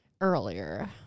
earlier